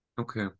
Okay